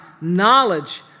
knowledge